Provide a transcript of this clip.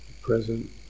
present